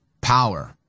power